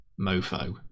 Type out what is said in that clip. mofo